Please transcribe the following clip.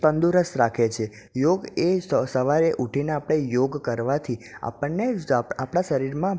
તંદુરસ્ત રાખે છે યોગ એ સવારે ઊઠીને આપણે યોગ કરવાથી આપણને આપણાં શરીરમાં